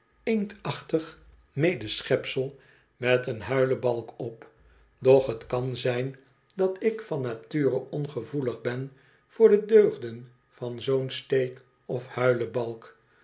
inktachtig medeschepsel met een huilebalk op doch t kan zijn dat ik van nature ongevoelig ben voor de deugden van zoo'n steek of